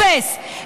אפס.